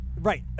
right